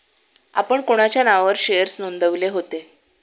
आपण कोणाच्या नावावर शेअर्स नोंदविले होते?